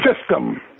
system